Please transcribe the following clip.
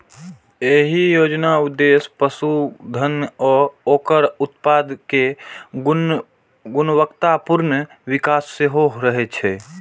एहि योजनाक उद्देश्य पशुधन आ ओकर उत्पाद केर गुणवत्तापूर्ण विकास सेहो रहै